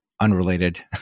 unrelated